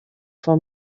for